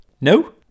No